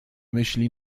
myśli